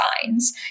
signs